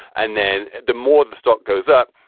and then the more the stock goes up,